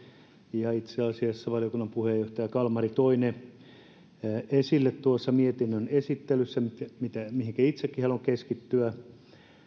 ja itse asiassa valiokunnan puheenjohtaja kalmari toivat esille tuossa mietinnön esittelyssä ne mihinkä itsekin haluan keskittyä